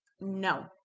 No